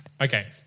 okay